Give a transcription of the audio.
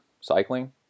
cycling